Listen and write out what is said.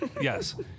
Yes